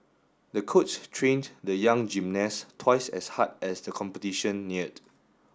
the coach trained the young gymnast twice as hard as the competition neared